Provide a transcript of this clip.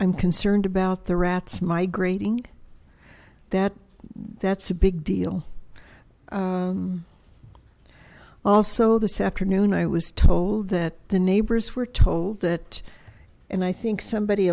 i'm concerned about the rats migrating that that's a big deal also this afternoon i was told that the neighbors were told that and i think somebody